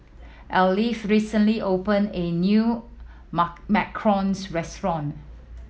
Arleth recently open a new macarons restaurant